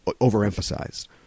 overemphasized